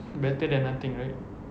better than nothing right